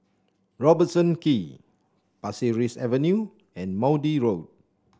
Robertson Quay Pasir Ris Avenue and Maude Road